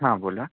हां बोला